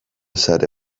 sare